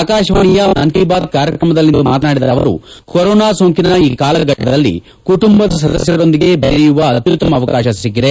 ಆಕಾಶವಾಣಿಯ ಮನ್ ಕಿ ಬಾತ್ ಕಾರ್ಯಕ್ರಮದಲ್ಲಿಂದು ಮಾತನಾಡಿದ ಅವರು ಕೊರೊನಾ ಸೋಂಕಿನ ಈ ಕಾಲಘಟ್ಟದಲ್ಲಿ ಕುಟುಂಬದ ಸದಸ್ನರೊಂದಿಗೆ ದೆರೆಯುವ ಅತ್ಯುತ್ತಮ ಅವಕಾಶ ಸಿಕ್ಕಿದೆ